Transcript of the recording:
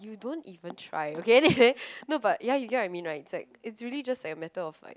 you don't even try okay anyway you know but ya you get what I mean right it's like it's just really a matter of